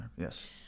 Yes